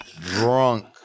drunk